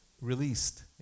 released